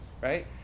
right